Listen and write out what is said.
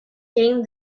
came